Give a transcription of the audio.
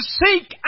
seek